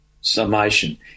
summation